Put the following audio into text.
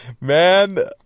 Man